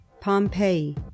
Pompeii